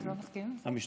אתה לא מסכים עם זה?